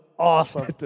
Awesome